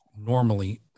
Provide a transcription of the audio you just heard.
normally